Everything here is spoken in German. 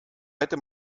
hätte